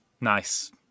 Nice